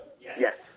Yes